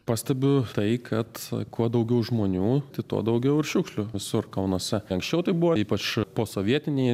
pastebiu tai kad kuo daugiau žmonių tuo daugiau ir šiukšlių visur kalnuose anksčiau tai buvo ypač posovietinėje